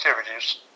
activities